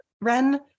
Ren